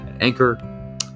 Anchor